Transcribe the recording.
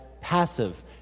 passive